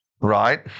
right